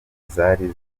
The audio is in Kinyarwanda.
zari